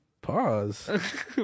Pause